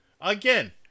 Again